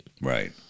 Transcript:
Right